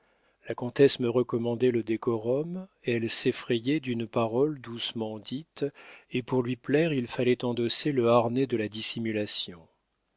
la comtesse me recommandait le décorum elle s'effrayait d'une parole doucement dite et pour lui plaire il fallait endosser le harnais de la dissimulation